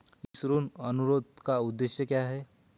इस ऋण अनुरोध का उद्देश्य क्या है?